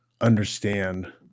understand